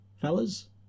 Fellas